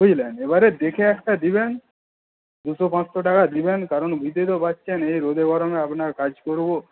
বুঝলেন এবারে দেখে একটা দেবেন দুশো পাঁচশো টাকা দেবেন কারণ বুঝতেই তো পারছেন এই রোদে গরমে আপনার কাজ করবো